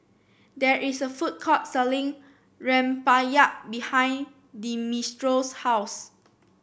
there is a food court selling rempeyek behind Dimitrios' house